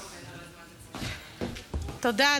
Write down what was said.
תודה.